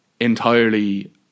entirely